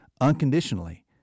unconditionally